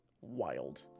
wild